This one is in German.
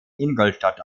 ingolstadt